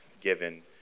given